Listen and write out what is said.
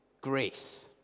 grace